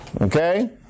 Okay